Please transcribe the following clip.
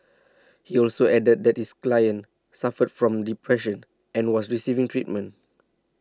he also added that his client suffered from depression and was receiving treatment